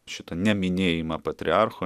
šitą neminėjimą patriarcho